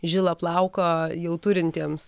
žilą plauką jau turintiems